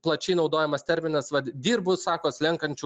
plačiai naudojamas terminas vat dirbu sako slenkančiu